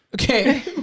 Okay